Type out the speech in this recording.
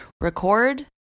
record